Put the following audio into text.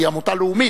היא עמותה לאומית,